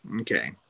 Okay